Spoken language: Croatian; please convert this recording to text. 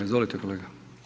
Izvolite kolega.